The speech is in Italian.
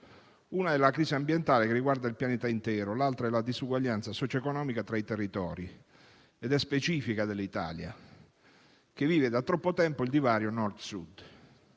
Una è la crisi ambientale, che riguarda il pianeta intero; l'altra è la disuguaglianza socio-economica tra i territori ed è specifica dell'Italia, che vive da troppo tempo il divario Nord-Sud.